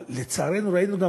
ולצערנו ראינו גם,